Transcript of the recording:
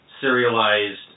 serialized